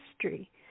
history